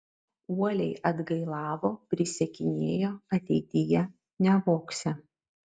uoliai atgailavo prisiekinėjo ateityje nevogsią